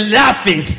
laughing